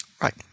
Right